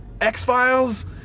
X-Files